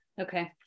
okay